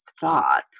thought